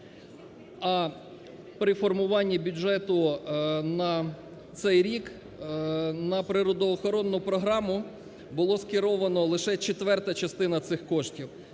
При формуванні бюджету на цей рік на природоохоронну програму було скеровано лише четверта частина цих коштів.